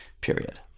period